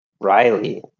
Riley